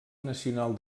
nacional